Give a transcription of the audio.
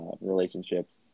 relationships